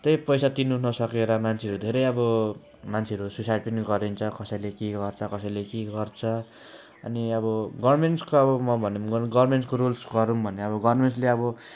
त्यही पैसा तिर्नु नसकेर मान्छेहरू धेरै अब मान्छेहरू सुसाइड पनि गरिन्छ कसेैले के गर्छ कसैले के गर्छ अनि अब गभर्मेन्ट्सको अब म भनौँ गभर्मेन्ट्सको रुल्सको गरौँ भने अब गर्मेन्ट्सले अब